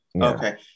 Okay